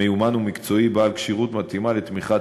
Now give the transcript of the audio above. מיומן ומקצועי בעל כשירות מתאימה לתמיכה